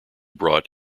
brought